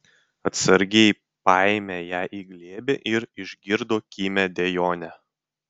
atsargiai paėmė ją į glėbį ir išgirdo kimią dejonę